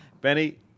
Benny